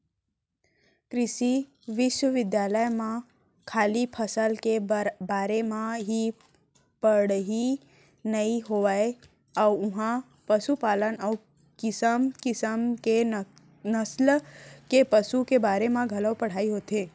कृषि बिस्वबिद्यालय म खाली फसल के बारे म ही पड़हई नइ होवय उहॉं पसुपालन अउ किसम किसम के नसल के पसु के बारे म घलौ पढ़ाई होथे